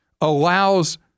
allows